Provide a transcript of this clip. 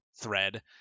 thread